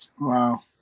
Wow